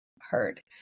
heard